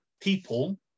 people